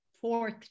fourth